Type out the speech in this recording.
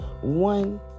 one